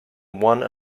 one